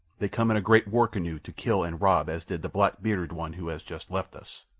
they come in a great war-canoe to kill and rob as did the black-bearded one who has just left us.